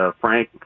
Frank